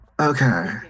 Okay